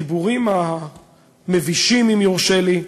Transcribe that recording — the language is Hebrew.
הדיבורים המבישים, אם יורשה לי,